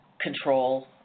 control